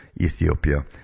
Ethiopia